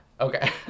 Okay